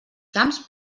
camps